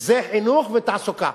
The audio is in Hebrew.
חינוך ותעסוקה,